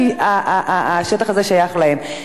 כי השטח הזה שייך להם.